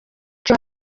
cyo